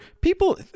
People